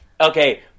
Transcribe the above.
okay